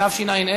התשע"ה